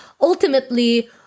Ultimately